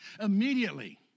Immediately